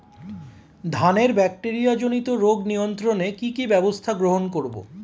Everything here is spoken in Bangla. ধানের ব্যাকটেরিয়া জনিত রোগ নিয়ন্ত্রণে কি কি ব্যবস্থা গ্রহণ করব?